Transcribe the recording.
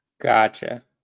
Gotcha